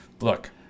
Look